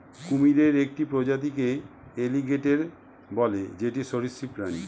কুমিরের একটি প্রজাতিকে এলিগেটের বলে যেটি সরীসৃপ প্রাণী